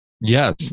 yes